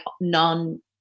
non